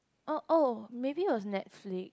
oh oh maybe it was Netflix